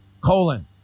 colon